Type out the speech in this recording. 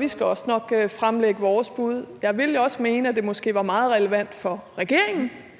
Vi skal også nok fremlægge vores bud. Jeg vil jo også mene, at det måske var meget relevant for regeringen